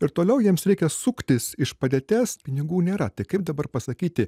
ir toliau jiems reikia suktis iš padėties pinigų nėra tai kaip dabar pasakyti